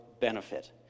benefit